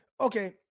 Okay